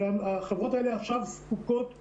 החברות האלה עכשיו זקוקות למדינה.